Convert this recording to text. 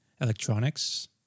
electronics